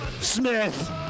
Smith